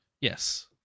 yes